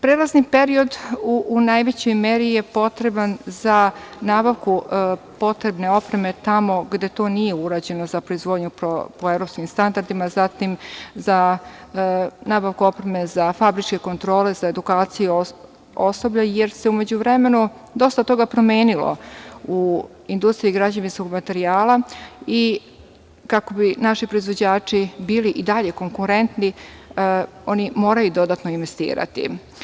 Prelazni periodu u najvećoj meri je potreban za nabavku potrebne opreme tamo gde to nije urađeno za proizvodnju po evropskim standardima, zatim za nabavku opreme za fabričke kontrole, za edukaciju osobe, jer se u međuvremenu dosta toga promenilo u industriji građevinskog materijala i kako bi naši proizvođači bili i dalje konkurentni, oni moraju dodatno investirati.